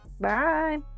Bye